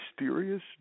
mysterious